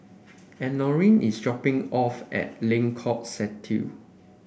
Elenore is dropping off at Lengkong Satu